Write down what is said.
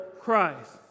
Christ